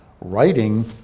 writing